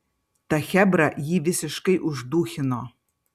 ta chebra jį visiškai uždūchino